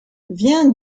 viens